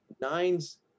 nines